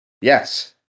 Yes